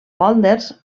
pòlders